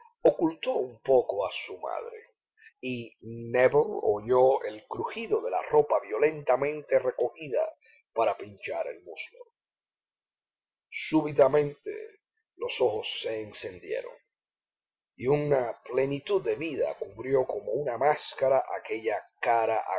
ocultó un poco a su madre y nébel oyó el crugido de la ropa violentamente recogida para pinchar el muslo súbitamente los ojos se encendieron y una plenitud de vida cubrió como una máscara aquella cara